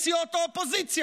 חלק מסיעות האופוזיציה,